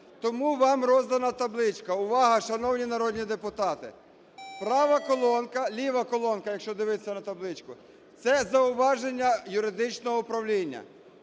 Тому вам роздана табличка. Увага, шановні народні депутати! Права колонка, ліва колонка, якщо дивитися на табличку, – це зауваження юридичного управління.